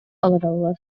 олороллор